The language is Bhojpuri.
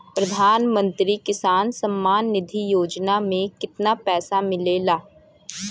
प्रधान मंत्री किसान सम्मान निधि योजना में कितना पैसा मिलेला?